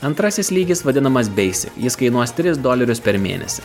antrasis lygis vadinamas beisi jis kainuos tris dolerius per mėnesį